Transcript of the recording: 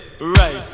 right